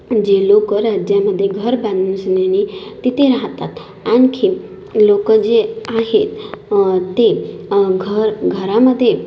जे लोकं राज्यामध्ये घर बांधूनशननी तिथे राहतात आणखी लोकं जे आहेत ते घर घरामध्ये